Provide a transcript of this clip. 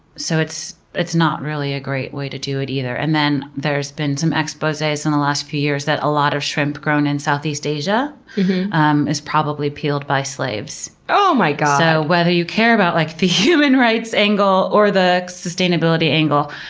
so it's it's not really a great way to do it either. and then there's been some exposes in the last few years that a lot of shrimp grown in southeast asia um is probably peeled by slaves. oh my god! so whether you care about like the human rights angle or the sustainability angle,